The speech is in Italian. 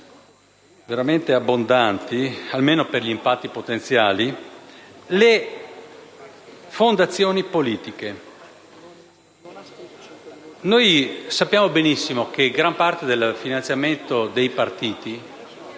veramente abbondanti, almeno per gli impatti potenziali) presenti nell'articolo. Sappiamo benissimo che gran parte del finanziamento dei partiti